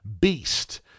Beast